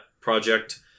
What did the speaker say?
project